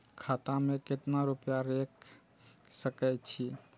खाता में केतना रूपया रैख सके छी?